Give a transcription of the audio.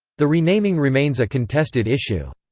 the renaming remains a contested issue.